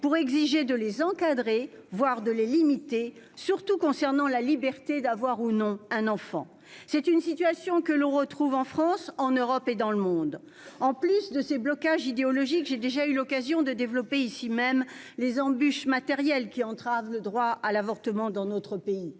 pour exiger de les encadrer, voire de les limiter, surtout lorsqu'il s'agit de la liberté d'avoir ou non un enfant ! Cette situation se retrouve en France, en Europe et dans le monde. En plus de ces blocages idéologiques, j'ai déjà eu l'occasion de décrire, ici même, les embûches matérielles qui entravent le droit à l'avortement dans notre pays